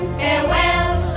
farewell